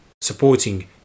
supporting